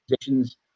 positions